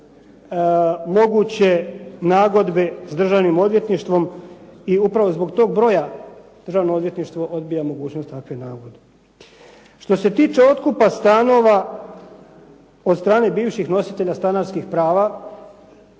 moguće nagodbe s Državnim odvjetništvom i upravo zbog tog broja Državno odvjetništvo odbija mogućnost takve nagodbe. Što se tiče otkupa stanova od strane bivših nositelja stanarskih prava